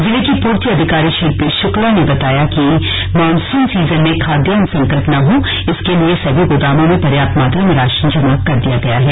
जिले की पूर्ति अधिकारी शिल्पी शुक्ला ने बताया कि मानसून सीजन में खाद्यान्न संकट न हो इसलिए सभी गोदामों में पर्याप्त मात्रा में राशन जमा कर दिया गया है